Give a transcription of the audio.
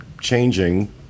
changing